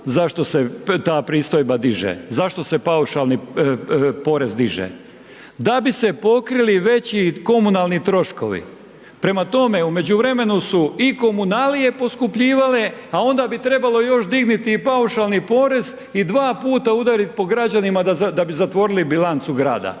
zašto se ta pristojba diže, zašto se paušalni porez diže? Da bi se pokrili veći komunalni troškovi. Prema tome u međuvremenu su i komunalije poskupljivale, a onda bi trebalo još digniti i paušalni porez i dva put udariti po građanima da bi zatvorili bilancu Grada,